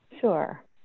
Sure